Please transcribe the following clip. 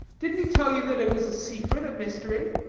didn't he tell you that it was a secret, a mystery?